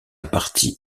partie